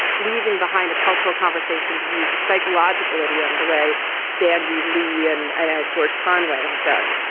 leaving behind a cultural conversation to use a psychological idiom the way bandy lee and and ah george conway have done?